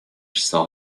saw